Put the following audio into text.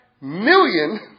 million